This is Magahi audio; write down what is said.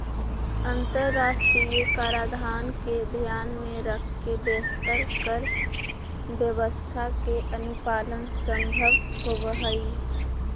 अंतरराष्ट्रीय कराधान के ध्यान में रखके बेहतर कर व्यवस्था के अनुपालन संभव होवऽ हई